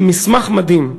זה פשוט מסמך מדהים.